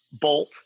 bolt